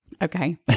Okay